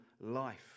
life